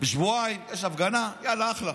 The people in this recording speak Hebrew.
בשבועיים יש הפגנה יאללה, אחלה.